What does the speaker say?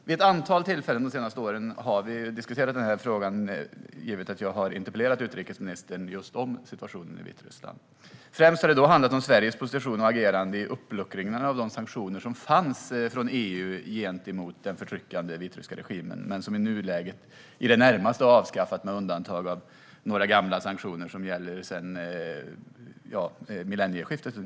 Vid ett antal tillfällen de senaste åren har vi diskuterat den här frågan efter att jag interpellerat utrikesministern om situationen i Vitryssland. Främst har det då handlat om Sveriges position och agerande i uppluckringen av de sanktioner som funnits från EU gentemot den förtryckande regimen. Dessa är i nuläget i det närmaste avskaffade, med undantag av några gamla sanktioner som gäller ungefär sedan millennieskiftet.